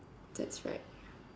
that's right